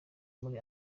muri